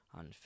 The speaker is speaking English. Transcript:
on